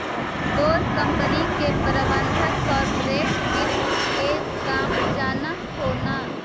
तोर कंपनी के प्रबंधक कॉर्पोरेट वित्त के काम जान हो न